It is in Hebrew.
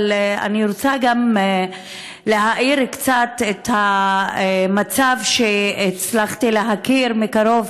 אבל אני רוצה גם להאיר קצת את המצב שהצלחתי להכיר מקרוב